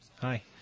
Hi